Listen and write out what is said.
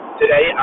today